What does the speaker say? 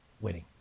Winning